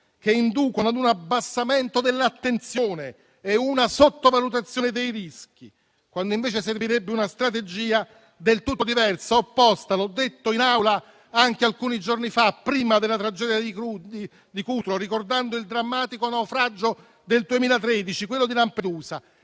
che inducono a un abbassamento dell'attenzione e a una sottovalutazione dei rischi, quando invece servirebbe una strategia del tutto diversa e opposta. L'ho detto in Aula anche alcuni giorni fa, prima della tragedia di Cutro, ricordando il drammatico naufragio del 2013, quello di Lampedusa.